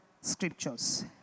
scriptures